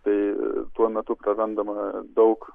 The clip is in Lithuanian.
tai tuo metu prarandama daug